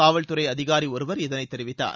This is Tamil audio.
காவல்துறை அதிகாரி ஒருவர் இதனை தெரிவித்தார்